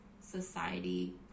society